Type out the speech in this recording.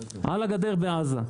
על הגדר בעזה,